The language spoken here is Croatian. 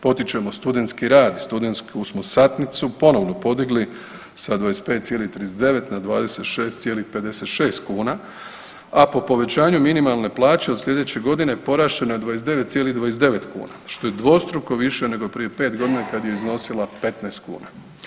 Potičemo studentski rad i studentsku smo satnicu ponovno podigli sa 25,39 na 26,56 kuna, a po povećanju minimalne plaće od sljedeće godine porast će na 29,9 kuna, što je dvostruko više nego prije 5 godina kad je iznosila 15 kuna.